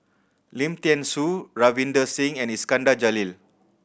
Lim Thean Soo Ravinder Singh and Iskandar Jalil